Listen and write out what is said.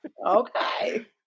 Okay